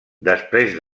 després